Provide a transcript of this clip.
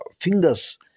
fingers